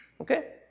Okay